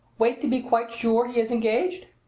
wait to be quite sure he is engaged?